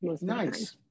Nice